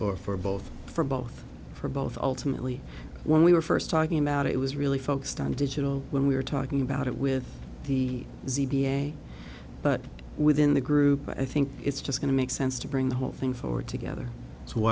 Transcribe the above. or for both for for both both ultimately when we were first talking about it was really focused on digital when we were talking about it with the z v a but within the group i think it's just going to make sense to bring the whole thing forward together